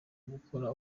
gukora